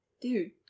Dude